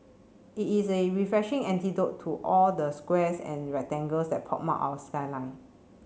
it is a refreshing antidote to all the squares and rectangles that pockmark our skyline